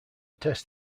test